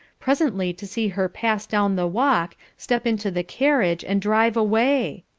presently to see her pass down the walk, step into the carriage and drive away!